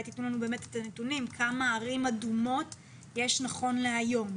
תתנו לנו את הנתונים ערים אדומות יש נכון להיום.